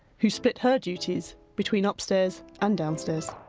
who split her duties between upstairs and downstairs.